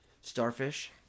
Starfish